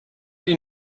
die